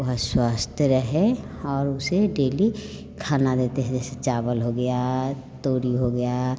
वह स्वस्थ रहे और उसे डेली खाना देते हैं जैसे चावल हो गया तोरी हो गया